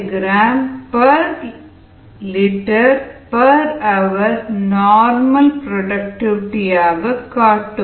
5gl hour normal productivity ஆக காட்டும்